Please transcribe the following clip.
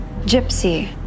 Gypsy